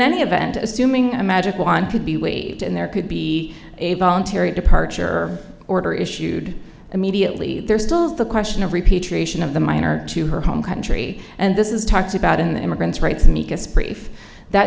any event assuming a magic wand could be waived and there could be a voluntary departure order issued immediately there's still the question of repeats ration of the minor to her home country and this is talked about in the immigrant's rights micus brief that